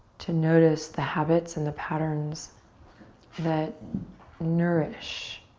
to notice the habits and the patterns that nourish.